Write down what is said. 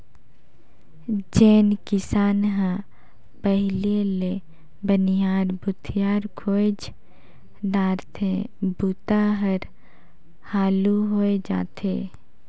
जेन किसान हर पहिले ले बनिहार भूथियार खोएज डारथे बूता हर हालू होवय जाथे